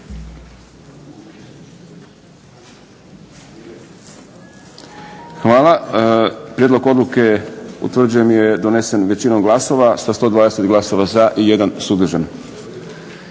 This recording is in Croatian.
Hvala. Prijedlog odluke utvrđujem da je donesen većinom glasova sa 120 glasova za i 1 suzdržan.